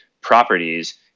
properties